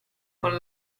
con